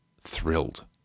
thrilled